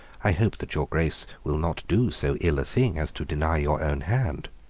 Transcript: i hope that your grace will not do so ill a thing as to deny your own hand?